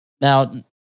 now